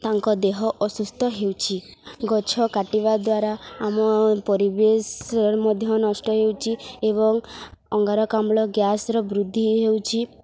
ତାଙ୍କ ଦେହ ଅସୁସ୍ଥ ହେଉଛି ଗଛ କାଟିବା ଦ୍ୱାରା ଆମ ପରିବେଶ ମଧ୍ୟ ନଷ୍ଟ ହେଉଛି ଏବଂ ଅଙ୍ଗାରକାମ୍ଳ ଗ୍ୟାସର ବୃଦ୍ଧି ହେଉଛି